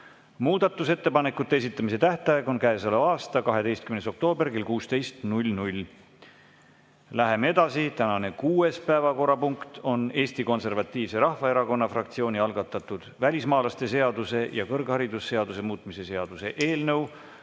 Muudatusettepanekute esitamise tähtaeg on käesoleva aasta 12. oktoober kell 16. Läheme edasi. Tänane kuues päevakorrapunkt on Eesti Konservatiivse Rahvaerakonna fraktsiooni algatatud välismaalaste seaduse ja kõrgharidusseaduse muutmise seaduse eelnõu